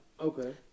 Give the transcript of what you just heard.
Okay